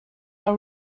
are